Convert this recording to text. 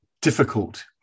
difficult